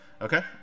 Okay